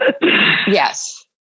Yes